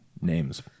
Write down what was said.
Names